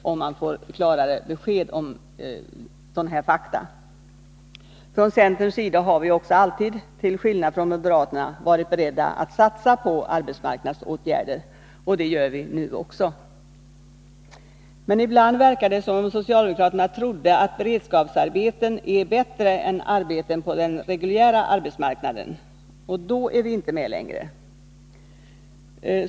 Från centerns sida har vi alltid, till skillnad från moderaterna, varit beredda att satsa på arbetsmarknadsåtgärder. Det är vi nu också. Men ibland verkar det som om socialdemokraterna tror att beredskapsarbeten är bättre än arbeten på den reguljära arbetsmarknaden — och då vill vi inte vara med längre.